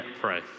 pray